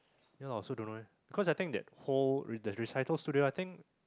yeah lor I also don't know eh cause I think that whole re~ that recital studio I think